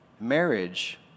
marriage